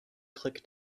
click